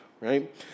right